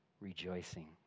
rejoicing